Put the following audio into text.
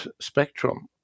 spectrum